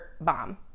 bomb